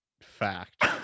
fact